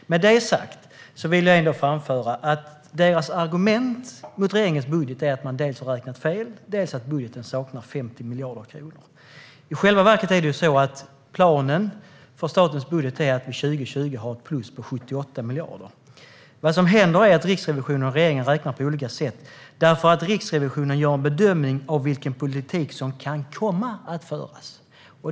Med detta sagt vill jag framhålla att deras argument mot regeringens budget dels är att regeringen har räknat fel, dels att budgeten saknar 50 miljarder kronor. I själva verket är det så att planen för statens budget är att vid 2020 ha ett plus på 78 miljarder. Saken är att Riksrevisionen och regeringen räknar på olika sätt. Riksrevisionen gör en bedömning av vilken politik som kan komma att föras.